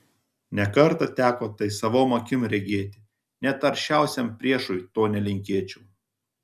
ne kartą teko tai savom akim regėti net aršiausiam priešui to nelinkėčiau